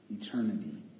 eternity